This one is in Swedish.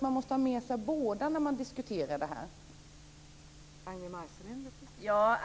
Man måste ha med sig båda när man diskuterar den här frågan.